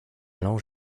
allant